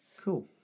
Cool